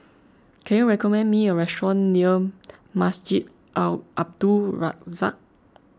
can you recommend me a restaurant near Masjid Al Abdul Razak